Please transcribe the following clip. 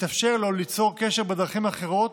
ויתאפשר לו ליצור קשר בדרכים אחרות,